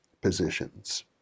positions